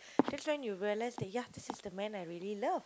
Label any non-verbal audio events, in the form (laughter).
that's (noise) when you realise that ya this is the man I really love